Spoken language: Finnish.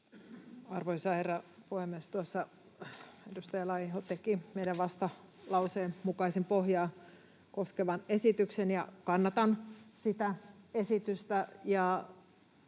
Arvoisa herra puhemies! Tuossa edustaja Laiho teki meidän vastalauseemme mukaisen pohjaa koskevan esityksen, ja kannatan sitä esitystä.